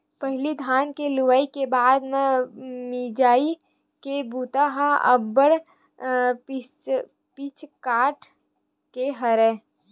पहिली धान के लुवई के बाद म मिंजई के बूता ह अब्बड़ पिचकाट के राहय